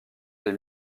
des